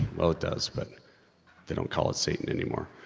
well it does but they don't call it satan anymore.